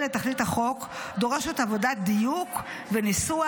לתכלית החוק דורש עוד עבודת דיוק וניסוח,